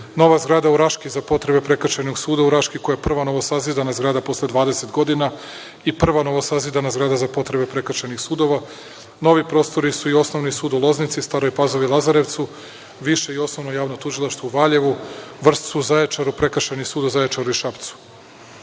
Nova zgrada u Raški za potrebe Prekršajnog suda u Raški koja je prva novosazidana zgrada posle 20 godina i prva novosazidana zgrada za potrebe prekršajnih sudova. Novi prostori i Osnovni sud u Loznici, Staroj Pazovi i Lazarevcu, Više i Osnovno javno tužilaštvo u Valjevu, Vršcu, Zaječaru, Prekršajni sud u Zaječaru i Šapcu.